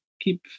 keep